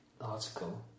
article